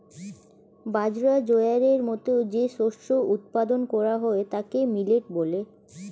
বাজরা, জোয়ারের মতো যে শস্য উৎপাদন করা হয় তাকে মিলেট বলে